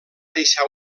deixar